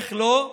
איך לא,